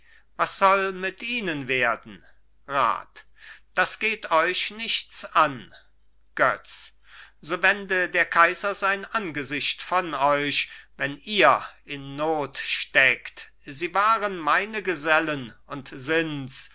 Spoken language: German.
was soll mit ihnen werden rat das geht euch nichts an götz so wende der kaiser sein angesicht von euch wenn ihr in not steckt sie waren meine gesellen und sind's